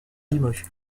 limoges